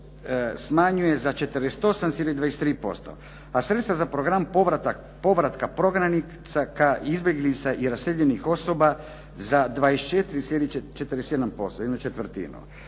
sredstva za Program povratka prognanika, izbjeglica i raseljenih osoba za 24,47%,